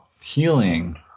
healing